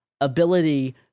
ability